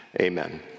Amen